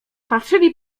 patrzyli